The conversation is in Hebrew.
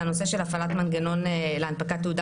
זה הנושא של הפעלת מנגנון להנפקת תעודה